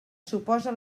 suposa